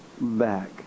back